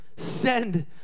Send